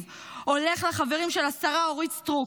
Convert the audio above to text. הולך לחברים של השרה אורית סטרוק.